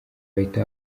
bahita